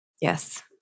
Yes